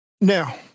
Now